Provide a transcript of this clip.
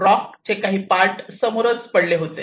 rock चे काही part समोरच पडले होते